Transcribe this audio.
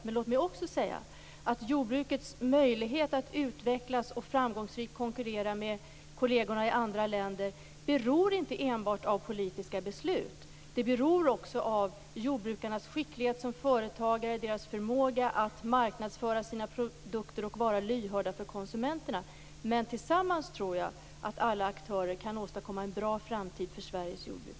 Jordbrukets möjligheter att utvecklas och jordbrukarnas möjligheter att framgångsrikt konkurrera med kolleger i andra länder beror inte enbart av politiska beslut utan också av jordbrukarnas skicklighet som företagare och deras förmåga att marknadsföra sina produkter och vara lyhörda gentemot konsumenterna. Jag tror dock att alla aktörer tillsammans kan åstadkomma en bra framtid för Sveriges jordbruk.